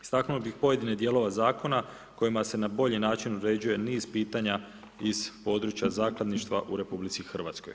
Istaknuti pojedine dijelove zakona, kojima se na bolji način uređuje niz pitanja iz područja zakladništva u RH.